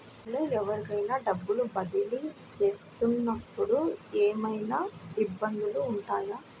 నేను ఎవరికైనా డబ్బులు బదిలీ చేస్తునపుడు ఏమయినా ఇబ్బందులు వుంటాయా?